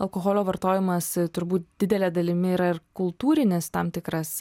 alkoholio vartojimas turbūt didele dalimi yra ir kultūrinis tam tikras